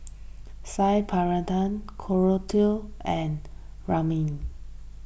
Saag Korokke and Rajma